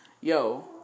yo